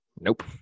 Nope